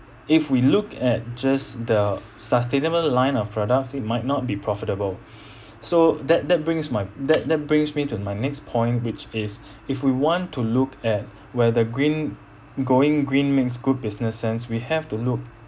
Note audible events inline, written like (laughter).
if we look at just the sustainable line of products it might not be profitable (breath) so that that brings my that that brings me to my next point which is (breath) if we want to look at whether green going green makes good business sense we have to look